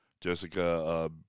Jessica